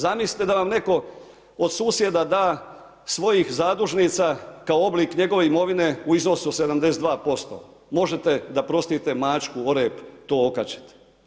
Zamislite da vam netko od susjeda da svojih zadužnica kao oblik njegove imovine u iznosu od 72%, možete da prostite mačku o rep to okačiti.